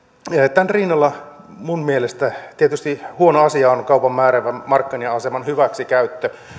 tämän rinnalla minun mielestäni tietysti huono asia on kaupan määräävän markkina aseman hyväksikäyttö